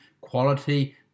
quality